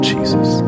Jesus